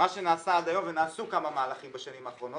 מה שנעשה עד היום ונעשו כמה מהלכים בשנים האחרונות,